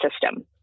system